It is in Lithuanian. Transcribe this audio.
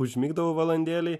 užmigdavau valandėlei